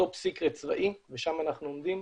כטופ-סיקרט צבאי ושם אנחנו עומדים,